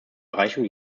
erreichung